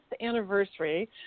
anniversary